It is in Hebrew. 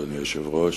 אדוני היושב-ראש,